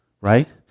right